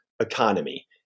economy